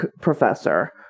professor